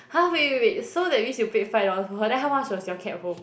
[huh] wait wait wait so that means you paid five dollars for her then how much was your cab home